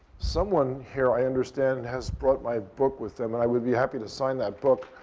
someone here, i understand, has brought my book with them. and i would be happy to sign that book.